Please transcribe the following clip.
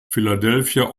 philadelphia